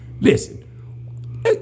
Listen